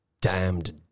damned